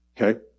Okay